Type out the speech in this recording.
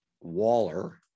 Waller